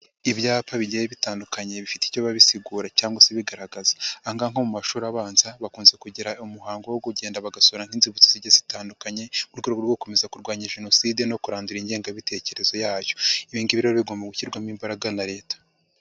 Ibyapa bigiye bitandukanye bifite icyo babisigura cyangwa se bigaragaza. Aha ngaha nko mu mashuri abanza, bakunze kugira umuhango wo kugenda bagasura nk'inzibutso zigiye zitandukanye, mu rwego rwo gukomeza kurwanya jenoside no kurandura ingengabitekerezo yayo. Ibi ngibi rero bigomba gushyirwamo imbaraga na leta.